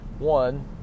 One